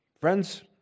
Friends